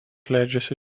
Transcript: leidžiasi